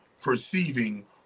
perceiving